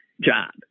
job